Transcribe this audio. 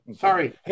Sorry